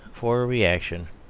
for a reaction,